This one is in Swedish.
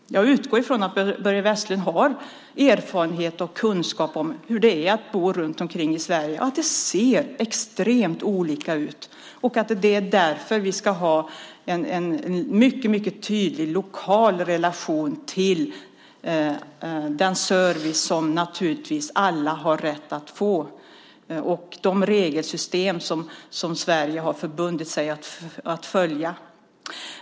Jag utgår från att Börje Vestlund har erfarenhet och kunskap om hur det är - att det ser extremt olika ut - beroende på var man bor i Sverige. Det är därför vi ska ha en mycket tydlig lokal dimension i den service som alla naturligtvis har rätt att få och i de regelsystem som Sverige har förbundit sig att följa.